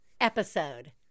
episode